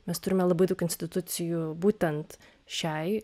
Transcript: mes turime labai daug institucijų būtent šiai